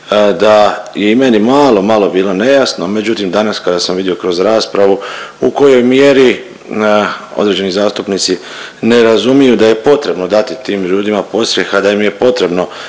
da i meni malo, malo je bilo nejasno, međutim danas kada sam vidio kroz raspravu u kojoj mjeri određeni zastupnici ne razumiju da je potrebno dati tim ljudima podstreha, da im je potrebno